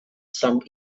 some